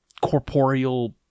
corporeal